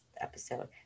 episode